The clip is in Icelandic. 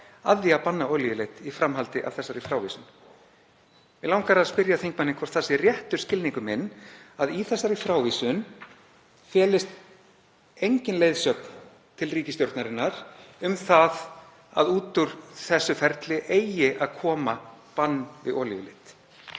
að því að banna olíuleit í framhaldi af þessari frávísun. Mig langar að spyrja þingmanninn hvort það sé réttur skilningur minn að í þessari frávísun felist engin leiðsögn til ríkisstjórnarinnar um það að út úr þessu ferli eigi að koma bann við olíuleit.